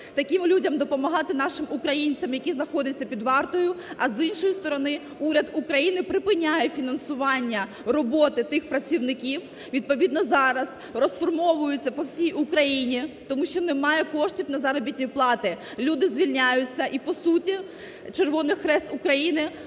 таким людям допомагати нашим українцям, які знаходяться під вартою, а, з іншої сторони, уряд України припиняє фінансування роботи тих працівників. Відповідно зараз розформовуються по всій Україні, тому що немає коштів на заробітні плати. Люди звільняються, і, по суті, Червоний Хрест України